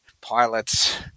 pilots